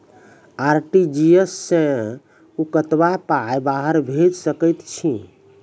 RTGS सअ कतबा पाय बाहर भेज सकैत छी?